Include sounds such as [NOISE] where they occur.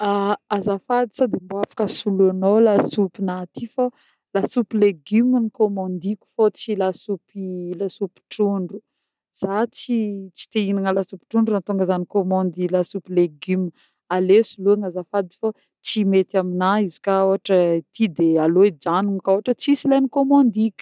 [HESITATION] azafady sô de mbô afaka soloanô lasopy nah ty fô lasopy légume nikômandiky fô tsy lasopy lasopy trondro. Zah tsy tie ihinagna lasopy trondro nahatonga zah nikômandy lasopy légume, aleo soloagna azafady fô tsy mety aminah izy koà ôhatra ty de aleo hijanogna koa ôhatra tsisy le nikômandiky.